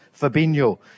Fabinho